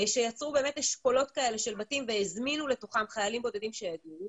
שיצרו אשכולות של בתים והזמינו לתוכם חיילים בודדים לדור בהם.